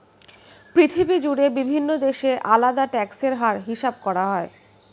পৃথিবী জুড়ে বিভিন্ন দেশে আলাদা ট্যাক্স এর হার হিসাব করা হয়